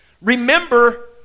Remember